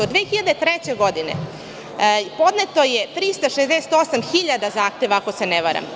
Od 2003. godine podneto je 368.000 zahteva, ako se ne varam.